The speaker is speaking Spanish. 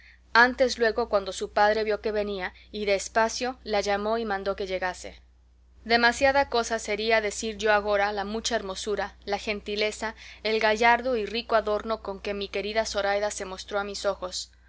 antes luego cuando su padre vio que venía y de espacio la llamó y mandó que llegase demasiada cosa sería decir yo agora la mucha hermosura la gentileza el gallardo y rico adorno con que mi querida zoraida se mostró a mis ojos